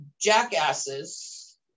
jackasses